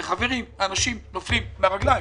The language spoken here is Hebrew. חברים, אנשים נופלים מן הרגליים.